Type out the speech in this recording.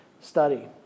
study